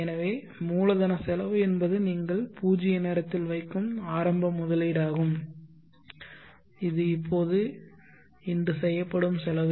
எனவே மூலதனச் செலவு என்பது நீங்கள் பூஜ்ஜிய நேரத்தில் வைக்கும் ஆரம்ப முதலீடாகும் இது இப்போது இன்று செய்யப்படும் செலவு